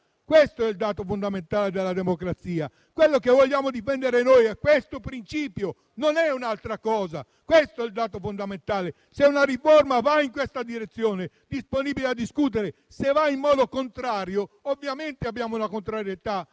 Questo è il dato fondamentale della democrazia. Quello che noi vogliamo difendere è questo principio, non è un'altra cosa. Questo è il dato fondamentale. Se una riforma va in questa direzione, siamo disponibili a discutere; se va in modo contrario, ovviamente abbiamo una contrarietà